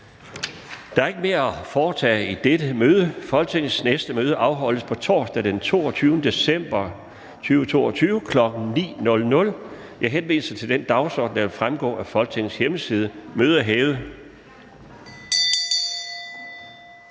Der er ikke mere at foretage i dette møde. Folketingets næste møde afholdes på torsdag, den 22. december 2022, kl. 9.00. Jeg henviser til den dagsorden, der vil fremgå af Folketingets hjemmeside. Mødet er hævet.